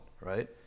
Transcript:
Right